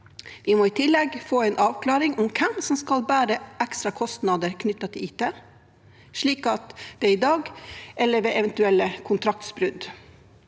Vi må i tillegg få en avklaring av hvem som skal bære ekstra kostnader knyttet til IT – i dag, eller ved eventuelle kontraktsbrudd.